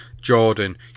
Jordan